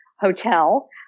hotel